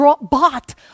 bought